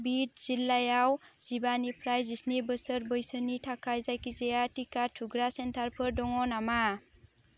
बिद जिल्लायाव जिबानिफ्राय जिस्नि बोसोर बैसोनि थाखाय जायखिजाया टिका थुग्रा सेन्टारफोर दङ नामा